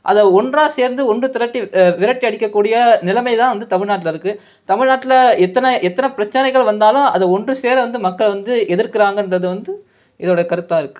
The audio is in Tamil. அதை ஒன்றாக சேர்ந்து ஒன்று திரட்டி விரட்டி அடிக்க கூடிய நிலைமை தான் தமிழ்நாட்டில் இருக்குது தமிழ்நாட்டில் எத்தனை எத்தனை பிரச்சினைகள் வந்தாலும் அது ஒன்று சேர மக்கள் வந்து எதிர்க்கிறாங்கன்றது வந்து இதோடய கருத்தாக இருக்குது